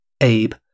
Abe